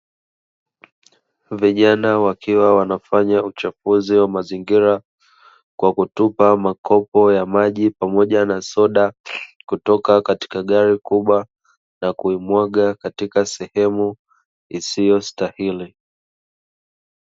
Vijana wakiwa wanafanya uchafuzi wa mazingira, kwa kutupa makopo ya maji pamoja na soda kutoka katika gari kubwa na kuimwaga sehemu isiyostahili.